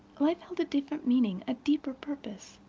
life held a different meaning, a deeper purpose.